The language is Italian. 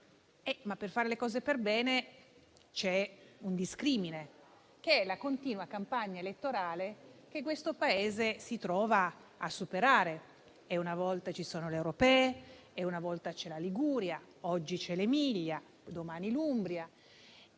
Per fare le cose perbene c'è un discrimine, che è la continua campagna elettorale che questo Paese si trova a superare: una volta ci sono le europee, una volta c'è la Liguria, oggi c'è l'Emilia-Romagna, domani l'Umbria.